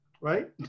right